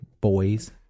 boys